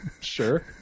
Sure